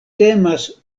temas